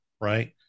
right